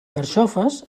carxofes